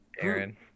Aaron